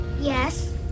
yes